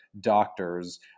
doctors